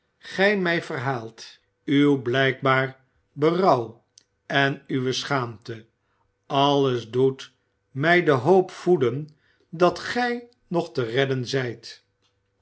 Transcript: gij mij verhaalt uw blijkbaar berouw en uwe schaamte alles doet mij de hoop voeden dat gij nog te redden zijt